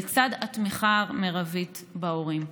לצד תמיכה מרבית בהורים.